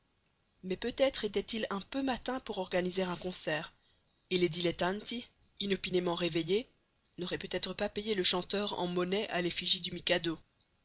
mais peut-être était-il un peu matin pour organiser un concert et les dilettanti inopinément réveillés n'auraient peut-être pas payé le chanteur en monnaie à l'effigie du mikado